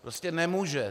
Prostě nemůže.